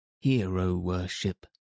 hero-worship